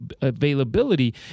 availability